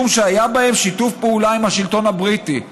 משום שהיה בהם שיתוף פעולה עם השלטון הבריטי".